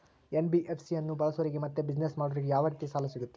NBFC ಅನ್ನು ಬಳಸೋರಿಗೆ ಮತ್ತೆ ಬಿಸಿನೆಸ್ ಮಾಡೋರಿಗೆ ಯಾವ ರೇತಿ ಸಾಲ ಸಿಗುತ್ತೆ?